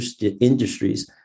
industries